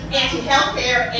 anti-healthcare